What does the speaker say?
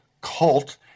cult